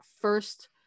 first